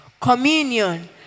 communion